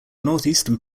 northeastern